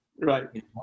Right